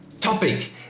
topic